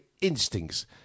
instincts